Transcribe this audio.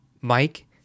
Mike